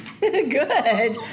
Good